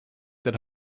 that